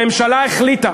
הממשלה החליטה,